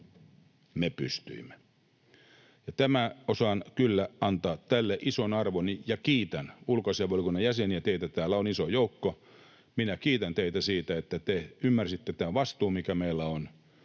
Me pystyimme, ja osaan kyllä antaa tälle ison arvon ja kiitän ulkoasiainvaliokunnan jäseniä — teitä täällä on iso joukko — siitä, että te ymmärsitte tämän vastuun, mikä meillä on,